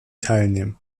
teilnehmen